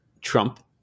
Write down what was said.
Trump